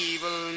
Evil